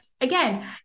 again